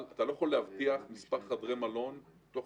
אתה לא יכול להבטיח מספר חדרי מלון תוך